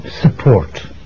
support